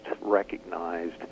recognized